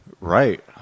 Right